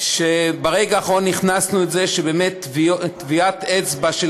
ברגע האחרון הכנסנו את זה שטביעות אצבע של